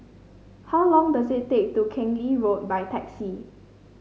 how long does it take to Keng Lee Road by taxi